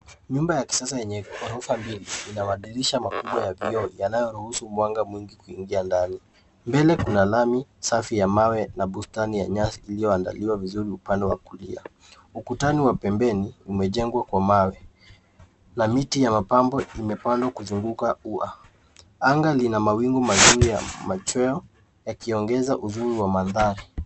Nyumba ya kisasa yenye ghorofa mbili ina madirisha makubwa ya vioo yanayoruhusu wanga mwingi kuingia ndani. Mbele kuna lami safi ya mawe na bustani ya nyasi iliyoandaliwa vizuri upande wa kulia. Ukutani wa pembeni umejengwa kwa mawe. Na miti ya mapambo imepandwa kuzunguka ua. Anga lina mawingu mazuri ya machweo yakiongeza uzuri wa mandhari.